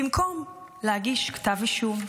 במקום להגיש כתב אישום.